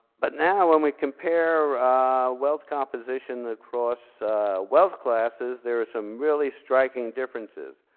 but now when we compare wealth composition across wealth classes, there's some really striking differences.